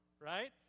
right